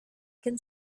can